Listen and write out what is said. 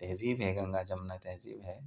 تہذیب ہے گنگا جمنا تہذیب ہے